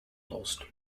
lost